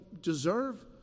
deserve